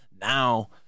now